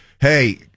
hey